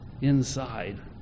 inside